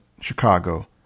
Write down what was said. Chicago